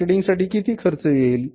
marketing साठी किती खर्च येईल